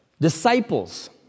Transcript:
Disciples